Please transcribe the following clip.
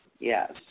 Yes